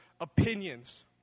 opinions